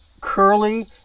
Curly